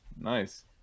nice